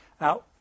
Now